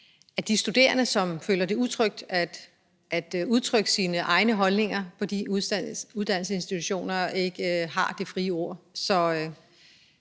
at de studerende, som føler det utrygt at udtrykke deres egne holdninger på de uddannelsesinstitutioner, ikke har det frie ord.